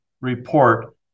report